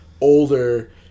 older